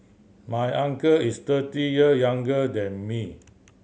my uncle is thirty year younger than me